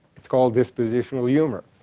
it's called dispositional humor.